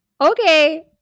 Okay